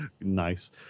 nice